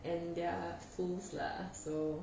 and they're fools lah so